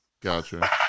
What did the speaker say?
gotcha